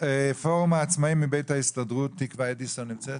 פורום העצמאים מבית ההסתדרות, תקוה אדיסון נמצאת?